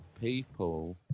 people